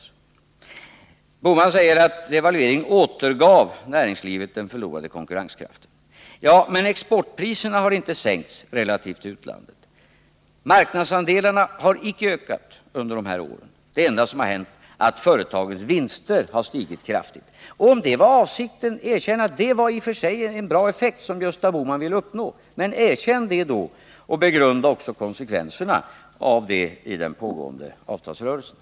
Gösta Bohman säger att devalveringen återgav näringslivet den förlorade konkurrenskraften. Ja, men exportpriserna har inte sänkts i relation till utlandet. Marknadsandelarna har icke ökat under de här åren. Det enda som har hänt är att företagens vinster har stigit kraftigt. Och om det var avsikten — erkänn då att det i och för sig var en bra effekt som Gösta Bohman ville uppnå, och begrunda också konsekvenserna av det i den pågående avtalsrörelsen!